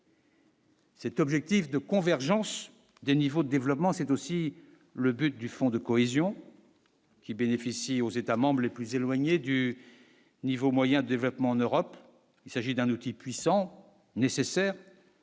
Cet objectif de convergence des niveaux développement c'est aussi le but du fonds de cohésion qui bénéficie aux États-membres les plus éloignés du niveau moyen de développement en Europe, il s'agit d'un outil puissant nécessaires